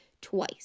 twice